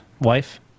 Wife